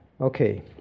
Okay